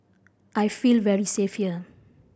I feel very safe here